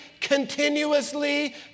continuously